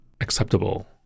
Acceptable